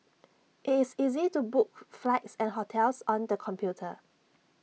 IT is easy to book flights and hotels on the computer